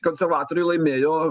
konservatoriai laimėjo